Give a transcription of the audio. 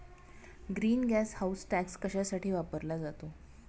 Green gas house tax कशासाठी वापरला जातो?